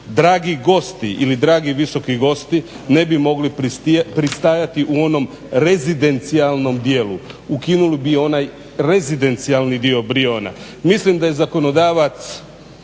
dragi gosti ili dragi visoki gosti ne bi mogli pristajati u onom rezidencijalnom dijelu, ukinuli bi onaj rezidencijalni dio Brijuna. Mislim da je zakonodavac